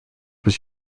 was